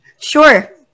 Sure